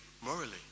morally